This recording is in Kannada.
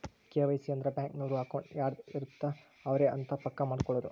ಕೆ.ವೈ.ಸಿ ಅಂದ್ರ ಬ್ಯಾಂಕ್ ನವರು ಅಕೌಂಟ್ ಯಾರದ್ ಇರತ್ತ ಅವರೆ ಅಂತ ಪಕ್ಕ ಮಾಡ್ಕೊಳೋದು